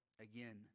again